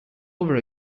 over